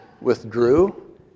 withdrew